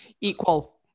Equal